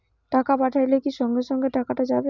টাকা পাঠাইলে কি সঙ্গে সঙ্গে টাকাটা যাবে?